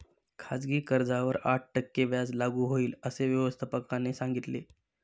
खाजगी कर्जावर आठ टक्के व्याज लागू होईल, असे व्यवस्थापकाने सांगितले